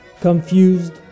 confused